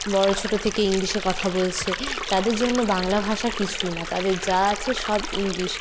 বড়ো ছোটো থেকে ইংলিশে কথা বলছে তাদের জন্য বাংলা ভাষা কিছুই না তাদের যা আছে সব ইংলিশ